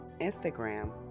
Instagram